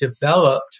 developed